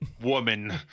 woman